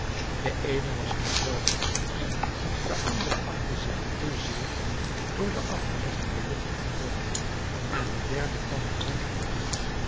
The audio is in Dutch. de eene was niet wel bespraakt de andere achtte zich te zeer door de afgelegde belofte gebonden en de derde kwam er rond voor uit